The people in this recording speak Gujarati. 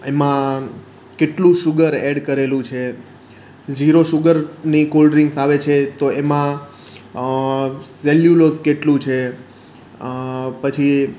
એમાં કેટલું શુગર એડ કરેલું છે જીરો શુગરની કોલ્ડ્રીંક્સ આપે છે તો એમાં સેલ્યુલોઝ કેટલું છે પછી